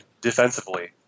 defensively